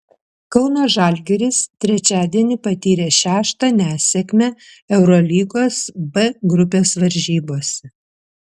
kauno žalgiris trečiadienį patyrė šeštą nesėkmę eurolygos b grupės varžybose